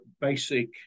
basic